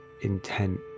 intent